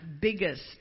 biggest